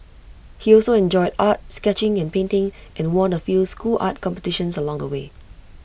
he also enjoyed art sketching and painting and won A few school art competitions along the way